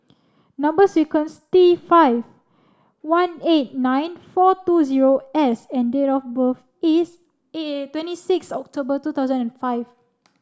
number sequence T five one eight nine four two zero S and date of birth is twenty six October two thousand and five